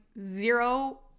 zero